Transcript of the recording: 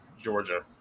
Georgia